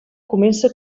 comença